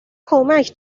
کمک